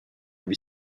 lui